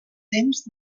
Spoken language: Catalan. temps